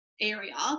area